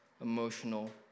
emotional